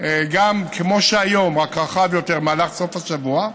כמו היום רק רחב ביותר במהלך סוף השבוע,